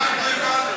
אנחנו הבנו.